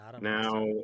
Now